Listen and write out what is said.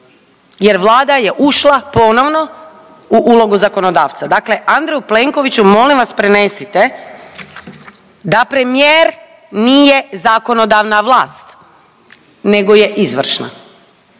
jer Vlada je ušla ponovno u ulogu zakonodavca. Dakle, Andreju Plenkoviću molim vas prenesite da premijer nije zakonodavna vlast nego je izvršna